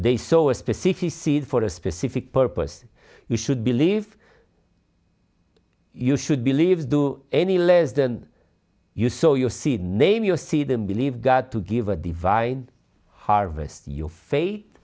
seed for a specific purpose you should believe you should believe do any less than you so your seed name your see them believe god to give a divine harvest your faith